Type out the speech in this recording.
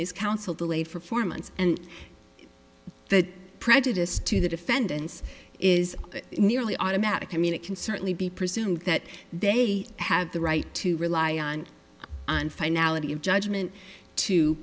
his counsel delayed for four months and the prejudice to the defendants is nearly automatic i mean it can certainly be presumed that they have the right to rely on an finality of judgement to